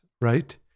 right